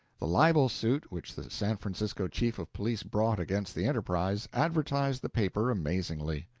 the libel suit which the san francisco chief of police brought against the enterprise advertised the paper amazingly.